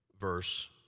verse